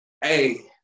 Hey